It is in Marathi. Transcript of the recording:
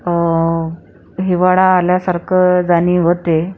हिवाळा आल्यासारखं जाणीव होते